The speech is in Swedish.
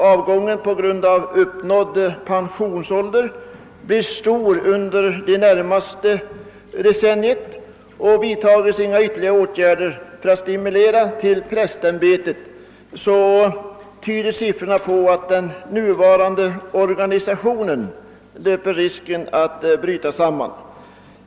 Avgången på grund av uppnådd pensionsålder blir stor under det närmaste decenniet, och vidtages inga ytterligare åtgärder för att stimulera till prästbanan, tyder siffrorna på att den nuvarande organisationen löper risk att bryta samman.